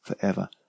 forever